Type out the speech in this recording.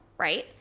right